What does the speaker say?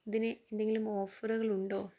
ഇതിന് എന്തെങ്കിലും ഓഫറുകളുണ്ടോ